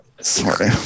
Sorry